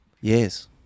yes